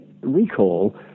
recall